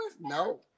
No